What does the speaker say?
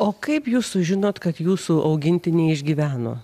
o kaip jūs sužinot kad jūsų augintiniai išgyveno